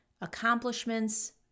accomplishments